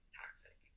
toxic